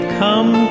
come